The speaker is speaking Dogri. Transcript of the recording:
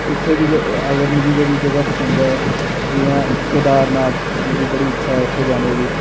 इत्थै बी अगर मी जेह्ड़ी जगह् पसंद ऐ जि'यां केदारनाथ मेरी बड़ी इच्छा ऐ उत्थै जाने दी